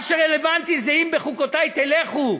מה שרלוונטי זה "אם בחקתי תלכו,